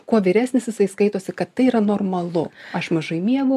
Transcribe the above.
kuo vyresnis jisai skaitosi kad tai yra normalu aš mažai miegu